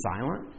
silent